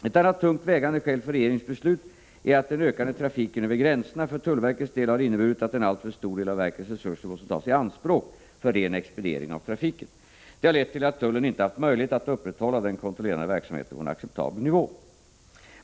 Ett annat tungt vägande skäl för regeringens beslut är att den ökande trafiken över gränserna för tullverkets del har inneburit att en alltför stor del av verkets resurser måste tas i anspråk för ren expediering av trafiken. Detta harlett till att tullen inte har haft möjlighet att upprätthålla den kontrollerande verksamheten på en acceptabel nivå.